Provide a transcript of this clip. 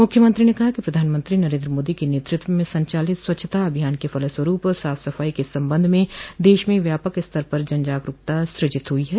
मुख्यमंत्री ने कहा कि प्रधानमंत्री नरेन्द्र मोदी के नेतृत्व में संचालित स्वच्छता अभियान के फलस्वरूप साफ सफाई के सम्बन्ध में देश में व्यापक स्तर पर जनजागरूकता सूजित हुई है